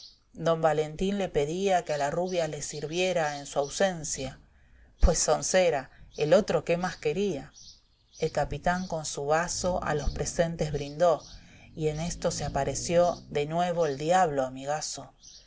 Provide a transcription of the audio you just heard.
don valentín le pedía que a la rubia le sirviera en su ausencia pues sonsera i el otro qué más quería el capitán con su vaso a los presentes brindó y en esto se apareció de nuevo el diablo amigaso